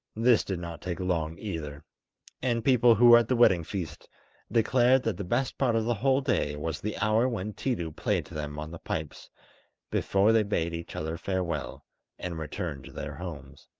this did not take long either and people who were at the wedding feast declared that the best part of the whole day was the hour when tiidu played to them on the pipes before they bade each other farewell and returned to their homes.